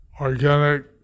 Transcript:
organic